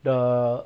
the